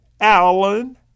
Alan